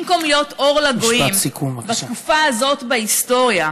במקום להיות אור לגויים בתקופה הזאת בהיסטוריה,